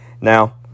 Now